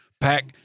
pack